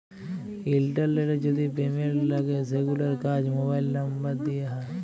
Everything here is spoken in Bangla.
ইলটারলেটে যদি পেমেল্ট লাগে সেগুলার কাজ মোবাইল লামবার দ্যিয়ে হয়